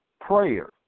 prayer